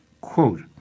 quote